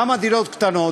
למה דירות קטנות?